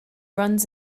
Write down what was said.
runs